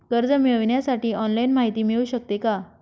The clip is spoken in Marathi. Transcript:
कर्ज मिळविण्यासाठी ऑनलाईन माहिती मिळू शकते का?